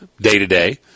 day-to-day